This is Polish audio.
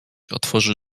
otworzył